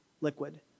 liquid